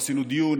עשינו דיון,